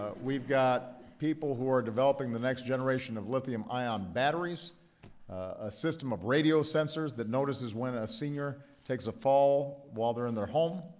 we've got people who are developing the next generation of lithium-ion batteries. a system of radio sensors that notices when a senior takes a fall while they're in their home.